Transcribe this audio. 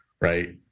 right